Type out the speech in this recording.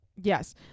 Yes